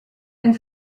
est